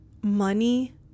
money